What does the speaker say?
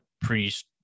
priest